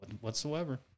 whatsoever